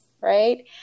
Right